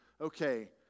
okay